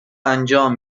انجام